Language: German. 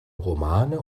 romane